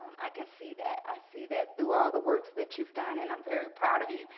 i can see that. i see that through all the works that you've done and i'm very proud of you.